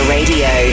Radio